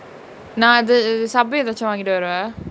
நா அது:na athu subway எதாச்சு வாங்கிட்டு வரவா:ethaachu vaangitu varavaa